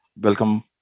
welcome